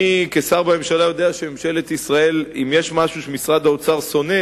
אני כשר בממשלה יודע שאם יש משהו שמשרד האוצר שונא,